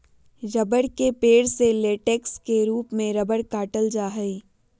रबड़ के पेड़ से लेटेक्स के रूप में रबड़ काटल जा हई